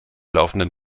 laufenden